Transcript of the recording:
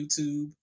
YouTube